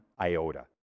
iota